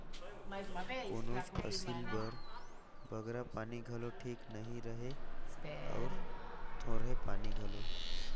कोनोच फसिल बर बगरा पानी घलो ठीक नी रहें अउ थोरहें पानी घलो